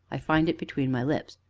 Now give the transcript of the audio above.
i find it between my lips.